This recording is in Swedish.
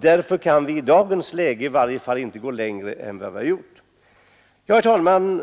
Därför kan vi i varje fall inte i dagens läge gå längre än vi har gjort. Herr talman!